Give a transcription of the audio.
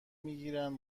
میگیرند